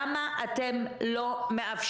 ליליאן יכולה לעלות ולתת את